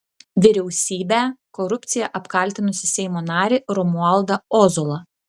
vyriausybę korupcija apkaltinusį seimo narį romualdą ozolą